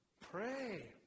pray